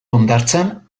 hondartzan